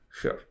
Sure